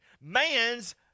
Man's